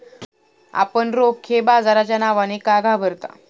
आपण रोखे बाजाराच्या नावाने का घाबरता?